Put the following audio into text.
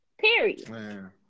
Period